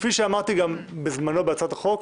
כפי שאמרתי גם בזמנו בהצעת החוק,